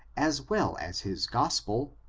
as well as his gospel,